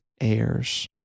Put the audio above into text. heirs